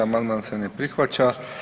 Amandman se ne prihvaća.